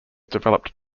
developed